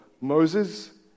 Moses